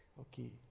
okay